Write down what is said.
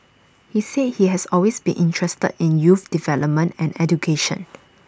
he said he has always been interested in youth development and education